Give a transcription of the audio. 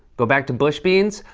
go back to bush beans?